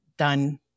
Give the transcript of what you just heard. done